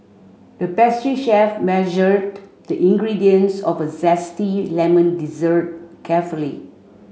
the pastry chef measured the ingredients for a zesty lemon dessert carefully